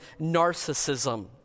narcissism